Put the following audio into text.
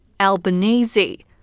Albanese